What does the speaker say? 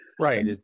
Right